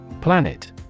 Planet